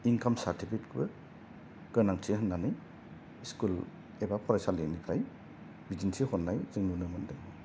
इन्खाम सार्टिफिकेटबो गोनांथि होननानै स्कुल एबा फरायसालिनिफ्राय बिदिन्थि हरनाय जों नुनो मोनदों